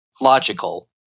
logical